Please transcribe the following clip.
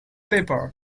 paper